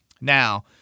Now